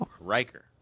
Riker